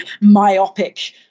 myopic